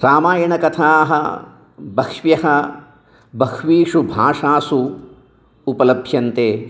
रामायणकथाः बह्व्यः बह्वीषु भाषासु उपलभ्यन्ते